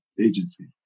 agency